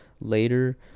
later